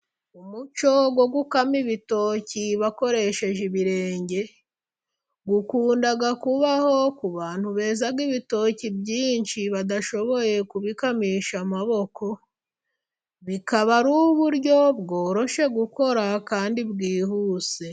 Umuco wo gukama ibitoki bakoresheje ibirenge, ukunda kubaho ku bantu beza ibitoki byinshi badashoboye kubikamisha amaboko, bikaba ari uburyo bworoshye gukora kandi bwihuse.